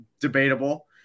debatable